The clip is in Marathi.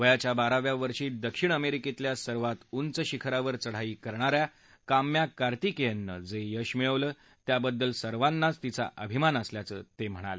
वयाच्या बाराव्या वर्षी दक्षिण अमरिक्रित्तल्या सर्वात उंच शिखरावर चढाई करणाऱ्या काम्या कार्तिक्स्तां जक् यश मिळवलं त्याबद्दल सर्वांनाच तिचा अभिमान असल्याचं त्यांनी सांगितलं